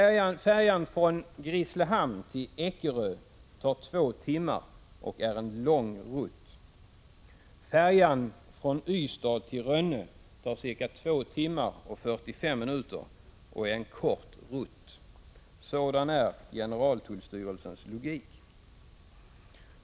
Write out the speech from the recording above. Resan med färja från Grisslehamn till Eckerö tar två timmar och är en ”lång rutt”. Färjeresan från Ystad till Rönne tar cirka två timmar och 45 minuter, men är en ”kort rutt”. Sådan är generaltullstyrelsens logik.